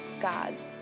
God's